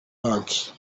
banki